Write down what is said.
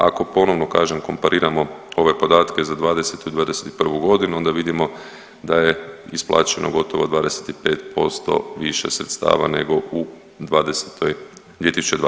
Ako ponovno kažem kompariramo ove podatke za '20. i '21. godinu onda vidimo da je isplaćeno gotovo 25% više sredstava nego u '20., 2020.